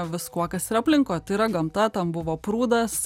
viskuo kas yra aplink o tai yra gamta ten buvo prūdas